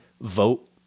vote